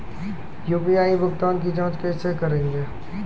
UPI भुगतान की जाँच कैसे करेंगे?